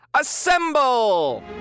assemble